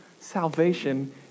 salvation